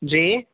جی